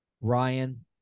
Ryan